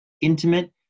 intimate